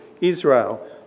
Israel